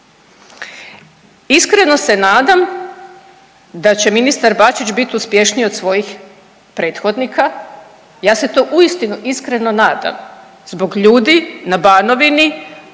Iskreno se nadam da će ministar Bačić bit uspješniji od svojih prethodnika, ja se to uistinu iskreno nadam zbog ljudi na Banovini,